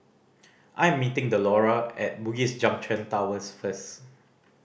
I am meeting Delora at Bugis Junction Towers first